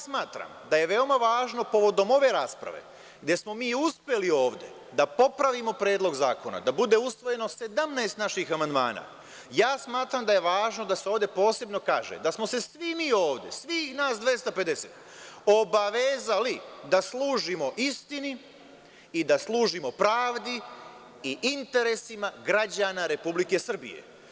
Smatram da je veoma važno povodom ove rasprave gde smo uspeli da popravimo Predlog zakona da bude usvojeno 17 naših amandmana, smatram da je važno da se ovde posebno kaže da smo se svi mi ovde, svih 250 obavezali da služimo istini i da služimo pravdi i interesima građana Republike Srbije.